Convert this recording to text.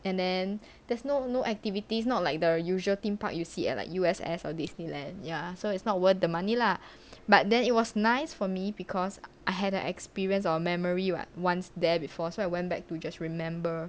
and then there's no no activities not like the usual theme park you see at like U_S_S or disneyland ya so it's not worth the money lah but then it was nice for me because I had an experience or memory [what] once there before so I went back to just remember